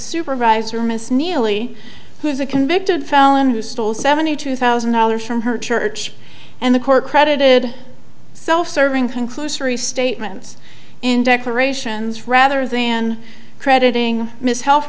supervisor miss neely who is a convicted felon who stole seventy two thousand dollars from her church and the court credited self serving conclusory statements in decorations rather than crediting ms he